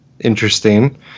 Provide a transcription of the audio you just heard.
interesting